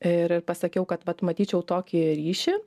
ir pasakiau kad vat matyčiau tokį ryšį